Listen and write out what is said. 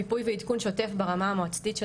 מיפוי ועדכון שוטף ברמה המועצתית של